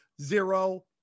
Zero